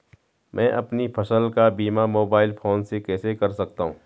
मैं अपनी फसल का बीमा मोबाइल फोन से कैसे कर सकता हूँ?